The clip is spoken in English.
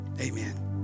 Amen